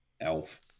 Elf